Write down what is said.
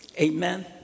Amen